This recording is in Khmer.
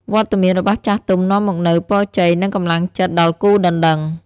វត្តមានរបស់ចាស់ទុំនាំមកនូវ ពរជ័យ និង កម្លាំងចិត្ត ដល់គូដណ្ដឹង។